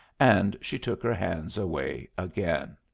and she took her hands away again.